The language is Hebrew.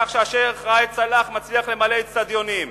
בכך שהשיח' ראאד סלאח מצליח למלא איצטדיונים.